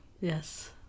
Yes